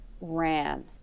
ran